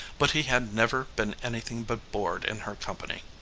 but he had never been anything but bored in her company.